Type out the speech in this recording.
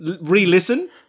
re-listen